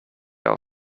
are